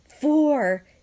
four